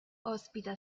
ospita